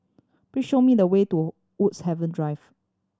please show me the way to Woods Haven Drive